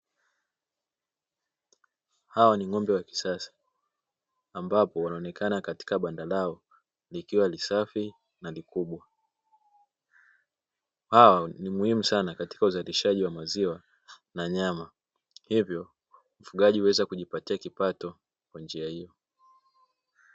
Hawa ni ng'ombe wa kisasa, ambapo wanaonekana katika banda lao, likiwa li safi likubwa. Hawa ni muhimu sana katika uzalishaji wa maziwa na nyama, hivyo mfugaji huweza kujipatia kipato kwa njia hiyo.